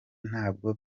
ntabwo